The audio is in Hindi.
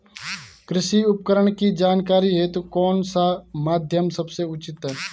कृषि उपकरण की जानकारी हेतु कौन सा माध्यम सबसे उचित है?